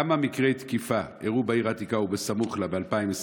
1. כמה מקרי תקיפה אירעו בעיר העתיקה וסמוך לה ב-2021?